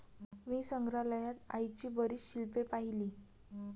मी संग्रहालयात आईची बरीच शिल्पे पाहिली